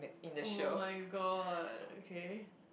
oh-my-God okay